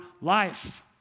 life